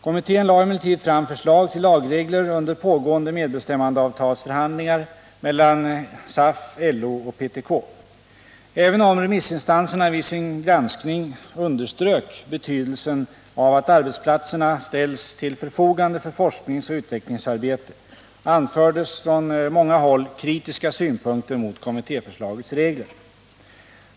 Kommittén lade emellertid fram förslag till lagregler under pågående medbestämmandeavtalsförhandlingar mellan SAF, LO och PTK. Även om remissinstanserna vid sin granskning underströk betydelsen av att arbetsplatserna ställs till förfogande för forskningsoch utvecklingsarbete, anfördes från många håll kritiska synpunkter mot kommittéförslagets regler.